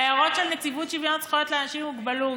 להערות של נציבות שוויון זכויות לאנשים עם מוגבלות,